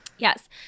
Yes